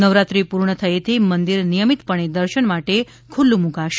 નવરાત્રી પૂર્ણ થયેથી મંદિર નિયમિતપણે દર્શન માટે ખુલ્લું મૂકાશે